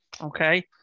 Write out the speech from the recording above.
okay